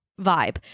vibe